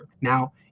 Now